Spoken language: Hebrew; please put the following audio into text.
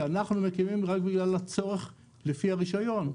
שאנחנו מקימים רק בגלל הצורך לפי הרישיון,